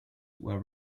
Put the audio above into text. were